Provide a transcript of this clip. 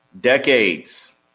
Decades